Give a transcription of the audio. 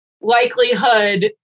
likelihood